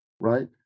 right